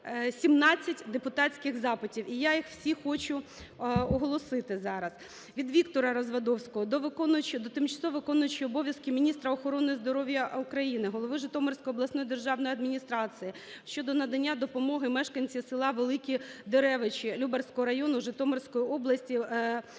217 депутатських запитів, і я їх всі хочу оголосити зараз. Від Віктора Развадовського до тимчасово виконуючої обов'язки міністра охорони здоров'я України, голови Житомирської обласної державної адміністрації щодо надання допомоги мешканці села Великі Деревичі Любарського району, Житомирської області